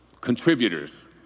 contributors